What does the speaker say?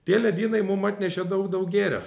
tie ledynai mum atnešė daug daug gėrio